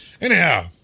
Anyhow